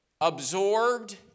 absorbed